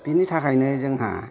बिनि थाखायनो जोंहा